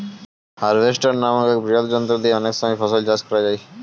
harvester নামক এক বৃহৎ যন্ত্র দিয়ে অনেক ফসল চাষ করা যায়